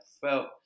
felt